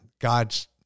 God's